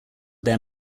their